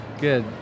Good